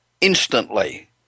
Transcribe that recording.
instantly